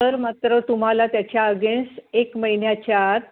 तर मात्र तुम्हाला त्याच्या अगेन्स्ट एक महिन्याच्या आत